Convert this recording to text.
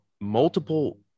multiple